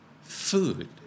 food